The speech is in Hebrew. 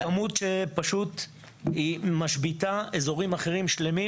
זו כמות שמשביתה אזורים שלמים אחרים,